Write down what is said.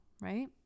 right